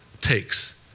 takes